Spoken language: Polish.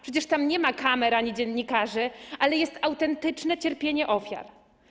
Przecież tam nie ma kamer ani dziennikarzy, ale jest autentyczne cierpienie ofiar.